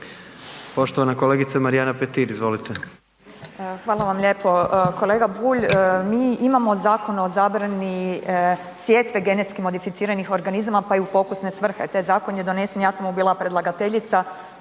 izvolite. **Petir, Marijana (Nezavisni)** Hvala vam lijepo kolega Bulj. Mi imamo Zakon o zabrani sjetve genetski modificiranih organizama, pa i u pokusne svrhe. Taj zakon je donesen, ja sam mu bila predlagateljica,